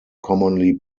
commonly